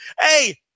Hey